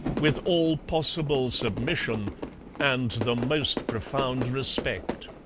with all possible submission and the most profound respect.